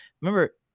remember